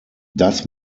das